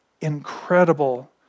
incredible